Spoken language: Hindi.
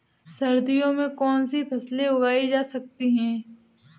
सर्दियों में कौनसी फसलें उगाई जा सकती हैं?